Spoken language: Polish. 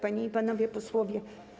Panie i Panowie Posłowie!